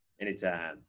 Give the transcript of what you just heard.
Anytime